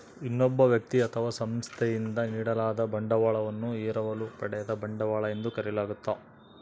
ಇನ್ನೊಬ್ಬ ವ್ಯಕ್ತಿ ಅಥವಾ ಸಂಸ್ಥೆಯಿಂದ ನೀಡಲಾದ ಬಂಡವಾಳವನ್ನು ಎರವಲು ಪಡೆದ ಬಂಡವಾಳ ಎಂದು ಕರೆಯಲಾಗ್ತದ